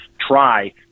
try